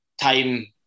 time